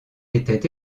était